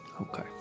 Okay